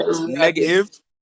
negative